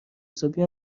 حسابی